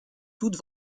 toute